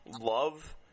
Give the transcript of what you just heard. love